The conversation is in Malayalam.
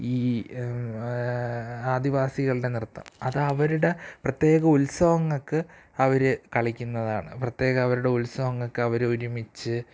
ഈ ആദിവാസികളുടെ നൃത്തം അത് അവരുടെ പ്രത്യേക ഉത്സവങ്ങൾക്ക് അവർ കളിക്കുന്നതാണ് പ്രത്യേക അവരു ഉത്സവങ്ങൾക്ക് അവർ ഒരുമിച്ച്